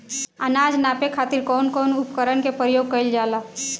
अनाज नापे खातीर कउन कउन उपकरण के प्रयोग कइल जाला?